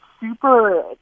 super